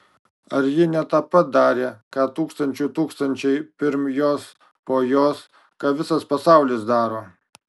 ar ji ne tą pat darė ką tūkstančių tūkstančiai pirm jos po jos ką visas pasaulis daro